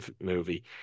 movie